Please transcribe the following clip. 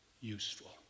useful